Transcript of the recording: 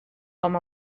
com